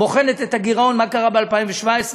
בוחנת את הגירעון, מה קרה ב-2017,